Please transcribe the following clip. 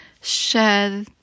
share